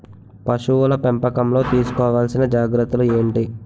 పశువుల పెంపకంలో తీసుకోవల్సిన జాగ్రత్త లు ఏంటి?